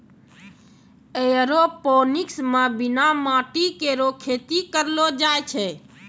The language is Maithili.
एयरोपोनिक्स म बिना माटी केरो खेती करलो जाय छै